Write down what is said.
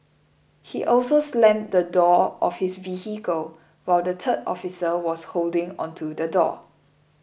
he also slammed the door of his vehicle while the third officer was holding onto the door